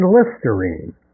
Listerine